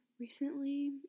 recently